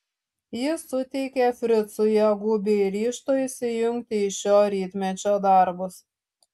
ji suteikė fricui jėgų bei ryžto įsijungti į šio rytmečio darbus